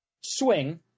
Swing